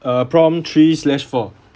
uh prompt three slash four